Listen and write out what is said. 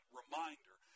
reminder